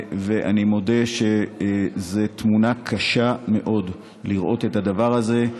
אני מודה שזו תמונה קשה מאוד לראות את הדבר הזה,